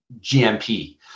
GMP